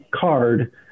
card